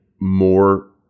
more